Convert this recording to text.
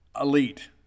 elite